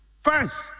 First